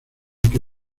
que